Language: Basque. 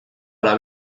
ala